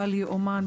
בל ייאמן,